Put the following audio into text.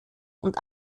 und